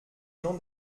jean